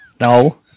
no